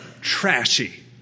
trashy